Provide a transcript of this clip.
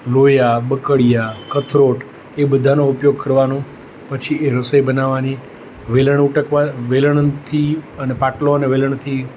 લોયા બકડિયા કથરોટ એ બધાનો ઉપયોગ કરવાનો પછી રસોઈ બનાવવાની વેલણ ઉટકવાં વેલણથી અને પાટલો અને વેલણથી